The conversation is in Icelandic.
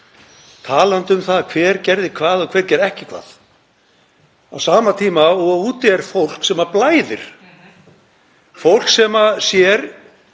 talandi um hver gerði hvað og hver gerði ekki hvað, á sama tíma og úti er fólk sem blæðir, fólk sem sér